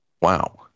wow